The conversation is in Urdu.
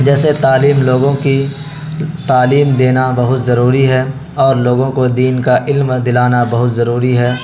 جیسے تعلیم لوگوں کی تعلیم دینا بہت ضروری ہے اور لوگوں کو دین کا علم دلانا بہت ضروری ہے